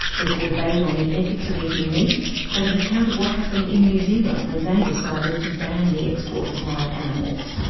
there's a debate on the ethics of eating meat and an account of what happened in new zealand when they decided to ban the export of live animals.